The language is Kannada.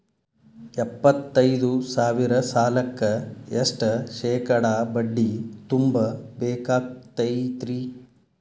ಎಪ್ಪತ್ತೈದು ಸಾವಿರ ಸಾಲಕ್ಕ ಎಷ್ಟ ಶೇಕಡಾ ಬಡ್ಡಿ ತುಂಬ ಬೇಕಾಕ್ತೈತ್ರಿ?